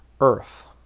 Earth